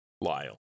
Lyle